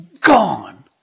gone